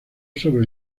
sobre